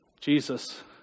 Jesus